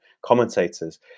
commentators